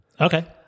okay